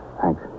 Thanks